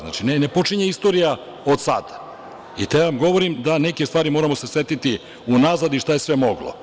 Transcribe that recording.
Znači, ne počinje istorija od sada i ja govorim da se nekih stvari moramo setiti unazad i šta je sve moglo?